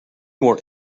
more